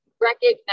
recognize